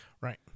right